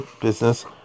business